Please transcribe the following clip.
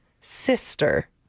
sister